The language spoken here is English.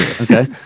Okay